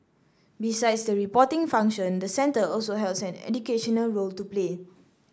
besides the reporting function the centre also has an educational role to play